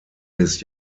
his